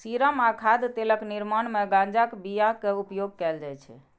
serum आ खाद्य तेलक निर्माण मे गांजाक बिया के उपयोग कैल जाइ छै